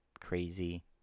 crazy